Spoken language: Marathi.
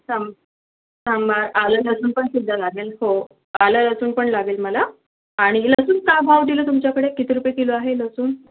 सांब सांबार आलं लसून पण सुद्धा लागेल हो आलं लसूण पण लागेल मला आणि लसूण का भाव दिलं तुमच्याकडे किती रुपये किलो आहे लसूण